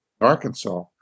Arkansas